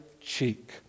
cheek